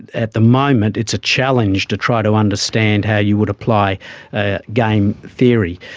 at the moment it's a challenge to try to understand how you would apply ah game theory.